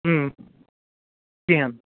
کِہیٖنۍ